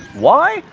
why?